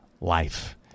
life